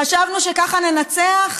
חשבנו שככה ננצח?